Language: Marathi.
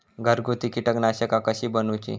घरगुती कीटकनाशका कशी बनवूची?